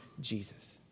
Jesus